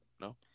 No